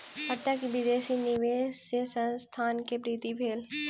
प्रत्यक्ष विदेशी निवेश सॅ संस्थान के वृद्धि भेल